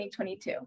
2022